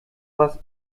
was